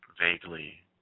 vaguely